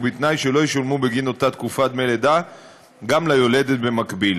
ובתנאי שלא ישולמו בגין אותה תקופה דמי לידה גם ליולדת במקביל.